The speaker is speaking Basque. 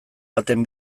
baten